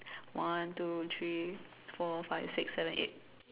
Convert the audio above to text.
one two three four five six seven eight